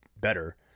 better